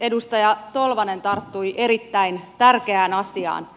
edustaja tolvanen tarttui erittäin tärkeään asiaan